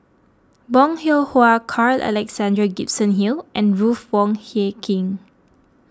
Bong Hiong Hwa Carl Alexander Gibson Hill and Ruth Wong Hie King